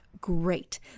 great